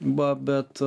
va bet